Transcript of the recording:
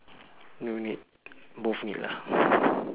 no need both need ah